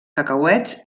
cacauets